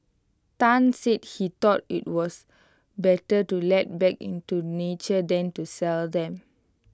Tan said he thought IT was better to let back into nature than to sell them